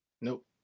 Nope